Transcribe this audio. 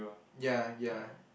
ya ya